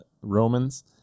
Romans